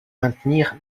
maintenir